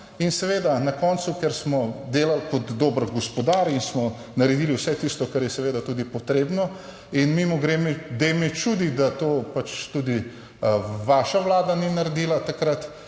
in seveda na koncu, ker smo delali kot dober gospodar in smo naredili vse tisto, kar je seveda tudi potrebno, in mimogrede, me čudi, da to pač tudi vaša Vlada ni naredila takrat,